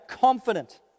confident